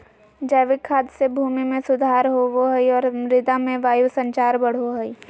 जैविक खाद से भूमि में सुधार होवो हइ और मृदा में वायु संचार बढ़ो हइ